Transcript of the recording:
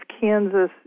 Kansas